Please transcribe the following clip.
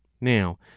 Now